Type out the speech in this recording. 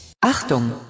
Achtung